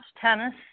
tennis